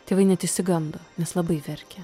tėvai net išsigando nes labai verkė